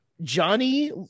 Johnny